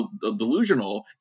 delusional